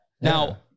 Now